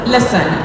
Listen